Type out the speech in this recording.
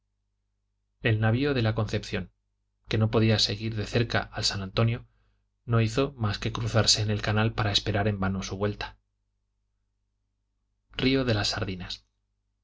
el navio la concepción que no podía seguir de cerca al san antonio no hizo mas que cruzarse en el canal para esperar en vano su vuelta río de las sardinas